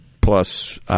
plus